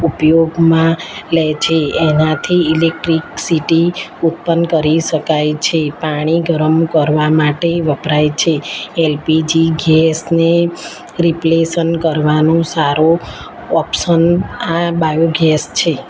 ઉપયોગમાં લેછે એનાથી ઇલેક્ટ્રિકસિટી ઉત્પન કરી શકાય છે પાણી ગરમ કરવા માટે વપરાય છે એલપીજી ગેસને રિપ્લેસન કરવાનું સારો ઓપ્શન આ બાયોગેસ છે